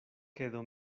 quedó